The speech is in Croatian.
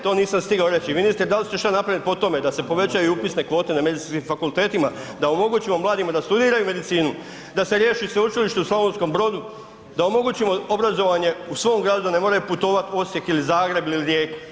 To nisam stigao reći, ministre da li ste šta napravili po tome da se povećaju upisne kvote na medicinskim fakultetima, da omogućimo mladima da studiraju medicinu, da se riješi sveučilište u Slavonskom Brodu, da omogućimo obrazovanje u svom gradu da ne moraju putovati u Osijek ili u Zagreb ili u Rijeku?